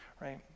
right